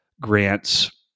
grants